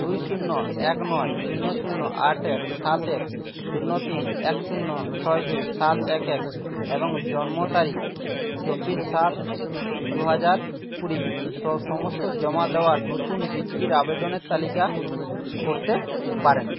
দুই শূন্য এক নয় শূন্য শূন্য আট এক সাত এক শূন্য তিন এক শূন্য ছয় দুই সাত এক এক এবং জন্মতারিখ চব্বিশ সাত দুহাজার কুড়ি স সমস্ত জমা দেওয়ার নতুন বৃত্তির আবেদনের তালিকা করতে পারেন